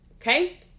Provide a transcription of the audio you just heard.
Okay